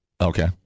Okay